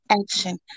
action